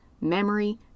memory